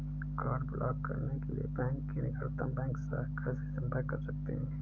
card block करने के लिए बैंक की निकटतम बैंक शाखा से संपर्क कर सकते है